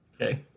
Okay